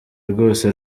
rwose